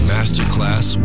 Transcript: Masterclass